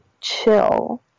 chill